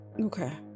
Okay